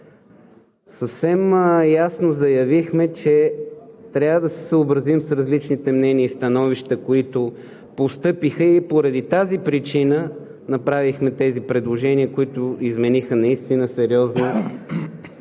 Съвсем ясно заявихме, че трябва да се съобразим с различните мнения и становища, които постъпиха, и поради тази причина направихме тези предложения, които измениха наистина сериозно